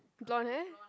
blonde hair